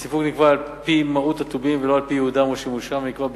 החנוכה על-ידי יבואנים שונים עולה כי במרבית